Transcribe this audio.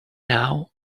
now